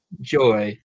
joy